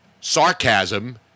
sarcasm